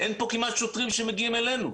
אין פה כמעט שוטרים שמגיעים אלינו,